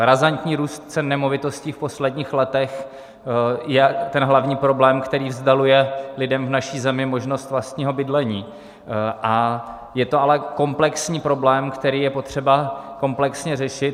Razantní růst cen nemovitostí v posledních letech je ten hlavní problém, který vzdaluje lidem v naší zemi možnost vlastního bydlení, a je to ale komplexní problém, který je potřeba komplexně řešit.